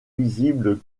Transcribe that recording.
visibles